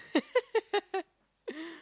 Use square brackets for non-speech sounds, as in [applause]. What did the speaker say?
[laughs]